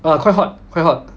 !wah! quite hot quite hot